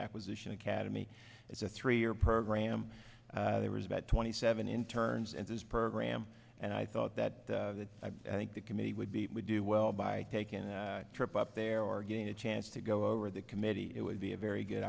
acquisition academy it's a three year program there was about twenty seven in turns and this program and i thought that that i think the committee would be would do well by taking a trip up there or getting a chance to go over that committee it would be a very good